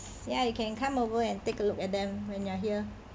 ya you can come over and take a look at them when you are here